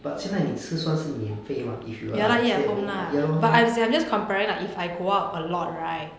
but 现在你吃穿是免费吗 if you are stay home ya lor